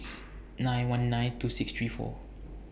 nine one nine two six three four